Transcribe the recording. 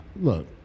look